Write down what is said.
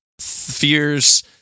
fears